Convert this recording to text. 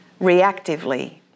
reactively